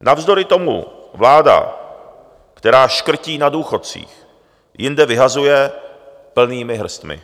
Navzdory tomu vláda, která škrtí na důchodcích, jinde vyhazuje plnými hrstmi.